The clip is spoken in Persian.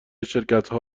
شرکتها